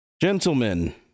gentlemen